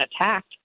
attacked